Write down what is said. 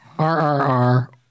R-R-R